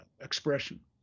expression